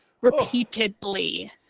Repeatedly